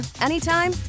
anytime